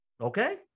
Okay